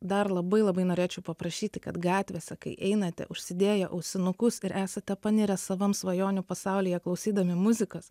dar labai labai norėčiau paprašyti kad gatvėse kai einate užsidėję ausinukus ir esate panirę savam svajonių pasaulyje klausydami muzikos